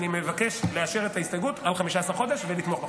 אני מבקש לאשר את ההסתייגות על 15 חודש ולתמוך בחוק.